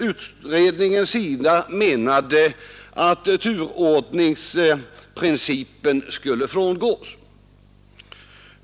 Utredningen menar därför att turordningsprincipen skall frångås.